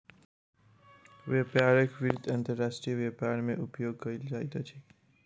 व्यापारक वित्त अंतर्राष्ट्रीय व्यापार मे उपयोग कयल जाइत अछि